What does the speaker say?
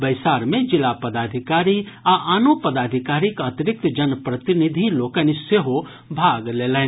बैसार मे जिला पदाधिकारी आ आनो पदाधिकारीक अतिरिक्त जनप्रतिनिधि लोकनि सेहो भाग लेलनि